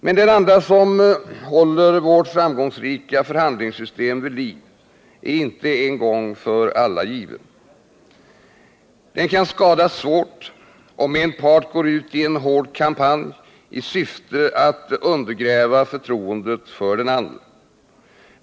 Men den anda som håller vårt framgångsrika förhandlingssystem vid liv är inte en gång för alla given. Den kan skadas svårt, om en part går ut i en hård kampanj i syfte att undergräva förtroendet för den andra.